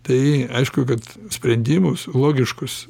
tai aišku kad sprendimus logiškus